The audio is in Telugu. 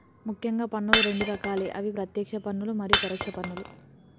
ముఖ్యంగా పన్నులు రెండు రకాలే అవి ప్రత్యేక్ష పన్నులు మరియు పరోక్ష పన్నులు